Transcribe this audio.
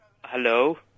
Hello